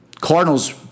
Cardinals